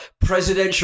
presidential